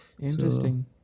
Interesting